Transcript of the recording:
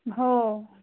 हो